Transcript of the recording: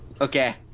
Okay